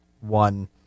one